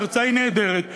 ההרצאה היא נהדרת,